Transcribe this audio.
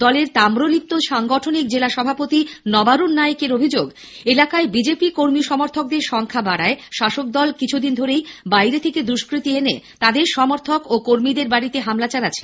দলের তাম্রলিপ্ত সাংগঠনিক জেলা সভাপতি নবারুণ নায়েকের অভিযোগ এলাকায় বিজেপির কর্মী সমর্থকদের সংখ্যা বাড়ায় শাসক দল কিছুদিন ধরেই বাইরের দুষ্কৃতী এনে তাদের সমর্থক ও কর্মীদের বাড়িতে হামলা চালাচ্ছে